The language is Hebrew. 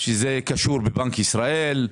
שזה קשור לבנק ישראל,